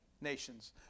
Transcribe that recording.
nations